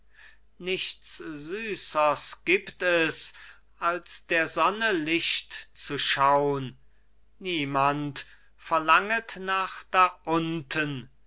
nichts süßres gibt es als der sonne licht zu schaun niemand verlanget nach da unten